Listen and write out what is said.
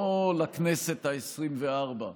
לא לכנסת העשרים-וארבע,